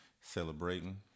celebrating